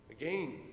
again